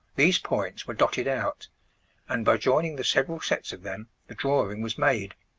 these points were dotted out and, by joining the several sets of them, the drawing was made.